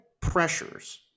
pressures